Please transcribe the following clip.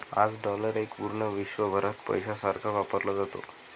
आज डॉलर एक पूर्ण विश्वभरात पैशासारखा वापरला जातो